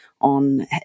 on